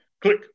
Click